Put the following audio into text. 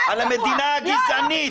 על המדינה גזענית.